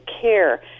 care